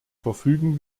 verfügen